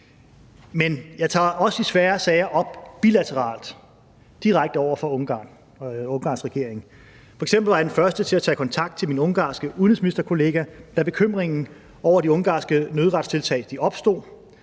Men jeg tager også de svære sager op bilateralt, altså direkte over for Ungarns regering. F.eks. var jeg den første til at tage kontakt til min ungarske udenrigsministerkollega, da bekymringen over de ungarske nødretstiltag opstod,